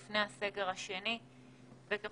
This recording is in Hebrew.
לפני הסגר השני, נושא זה גרם לסערות.